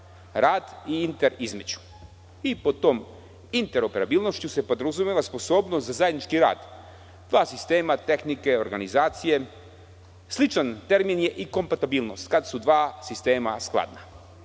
rad i inter između. Pod tom interoperabilnošću se podrazumeva sposobnost za zajednički rad. Dva sistema tehnike i organizacije, sličan termin je i kompatibilnost. Kada su dva sistema skladna.